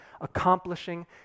accomplishing